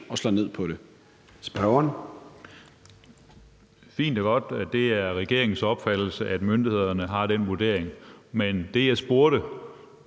Skaarup (DD): Det er fint og godt, at det er regeringens opfattelse, at myndighederne har den vurdering. Men det, jeg spurgte